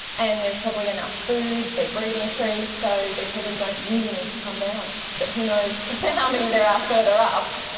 and there is probably enough food, they breed in trees, so they probably don't really need to come down. but who knows how many there are further up.